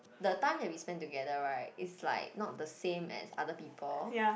the time that we spend together right is like not the same as other people